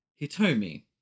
Hitomi